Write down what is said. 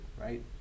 right